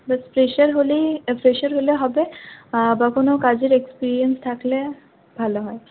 Fraser হলেই fresher হলে হবে বা কোন কাজের এক্সপেরিয়েন্স থাকলে ভালো হয়